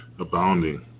abounding